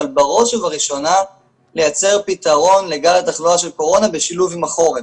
אבל בראש ובראשונה לייצר פתרון לגל התחלואה של הקורונה בשילוב עם החורף.